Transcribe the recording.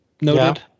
noted